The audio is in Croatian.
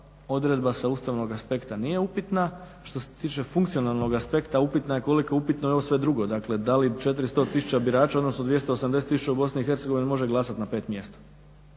odredba sa Ustavnog aspekta nije upitan. Što se tiče funkcionalnog aspekta upitan je koliko je upitno i ovo sve drugo, dakle dali 400 tisuća birača, odnosno 280 tisuća u Bosni i Hercegovini može glasat na 5 mjesta?